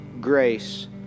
grace